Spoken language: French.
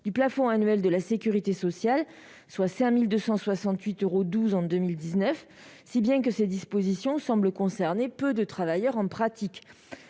du plafond annuel de la sécurité sociale, soit 5 268,12 euros en 2019, si bien que ces dispositions semblent concerner peu de travailleurs en pratique.